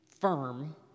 firm